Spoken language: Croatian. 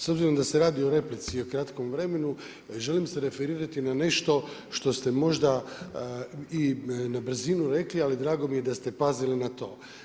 S obzirom da se radi o replici i o kratkom vremenu, želim se referirati na nešto što ste možda i na brzinu rekli, ali drago mi je da ste pazili na to.